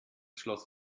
schloss